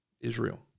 Israel